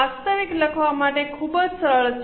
વાસ્તવિક લખવા માટે ખૂબ જ સરળ છે